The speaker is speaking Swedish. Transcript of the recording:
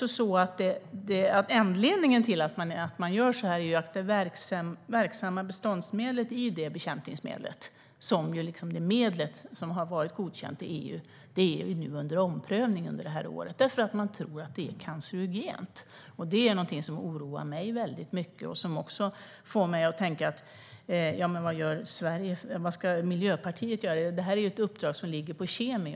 Anledningen till att man gör så är att den verksamma beståndsdelen i bekämpningsmedlet, som har varit godkänd i EU, är under omprövning det här året. Man tror nämligen att det är cancerogent. Det oroar mig mycket och får mig att tänka på vad Miljöpartiet ska göra. Men det är ett uppdrag som ligger på KemI.